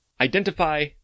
Identify